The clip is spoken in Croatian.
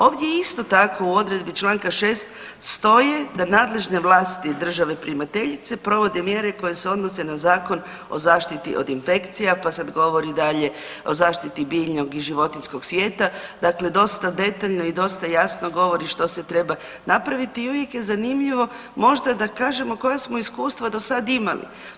Ovdje je isto tako u odredbi članka 6. stoji da nadležne vlasti države primateljice provode mjere koje se odnose na Zakon o zaštiti od infekcija, pa sad govori dalje o zaštiti biljnog i životinjskog svijeta, dakle, dosta detaljno i dosta jasno govori što se treba napraviti i uvijek je zanimljivo možda da kažemo koja smo iskustva do sada imali.